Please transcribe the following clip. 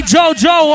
Jojo